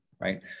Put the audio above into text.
right